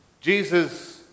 Jesus